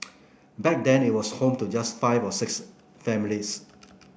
back then it was home to just five or six families